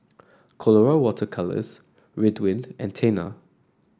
Colora Water Colours Ridwind and Tena